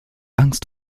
angst